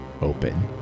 open